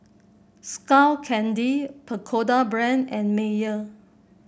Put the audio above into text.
Skull Candy Pagoda Brand and Mayer